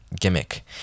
gimmick